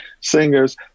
singers